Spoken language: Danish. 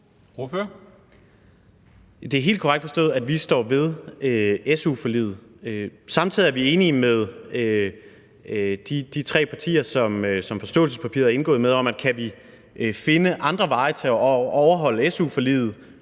Det er helt korrekt forstået, at vi står ved su-forliget. Samtidig er vi enige med de tre partier, som vi har indgået aftale om forståelsespapiret med, om, at kan vi finde andre veje til at overholde su-forliget